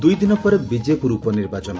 ଦୁଇ ଦିନ ପରେ ବିଜେପୁର ଉପନିର୍ବାଚନ